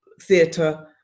theatre